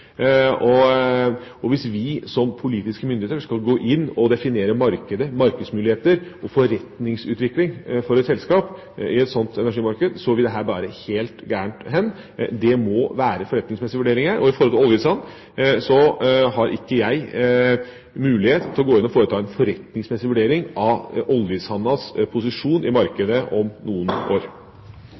Hvis vi som politiske myndigheter skal gå inn og definere markedet, markedsmuligheter og forretningsutvikling for et selskap i et sånt energimarked, vil dette bære helt galt av sted. Det må være forretningsmessige vurderinger. Når det gjelder oljesand, har ikke jeg mulighet til å gå inn og foreta en forretningsmessig vurdering av oljesandens posisjon i markedet om noen år.